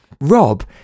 Rob